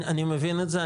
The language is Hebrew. אני מבין את זה,